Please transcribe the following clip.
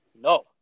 No